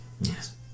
Yes